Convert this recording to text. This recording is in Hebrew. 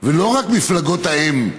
לא רק מפלגות האם,